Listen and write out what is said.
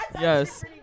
Yes